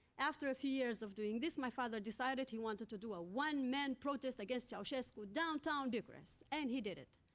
after a few years of doing this, my father decided he wanted to do a one-man protest against ceausescu in downtown bucharest, and he did it,